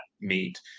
meet